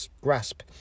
grasp